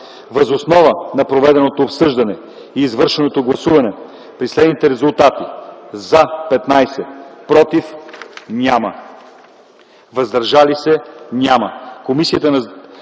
Въз основа на проведеното обсъждане и извършеното гласуване при следните резултати: „за” – 15, „против” и „въздържали се” – няма,